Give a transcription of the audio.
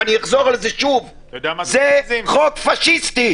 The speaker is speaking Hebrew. ואני אחזור על זה שוב, זה חוק פשיסטי.